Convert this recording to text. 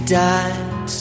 died